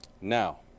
Now